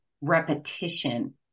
repetition